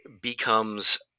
becomes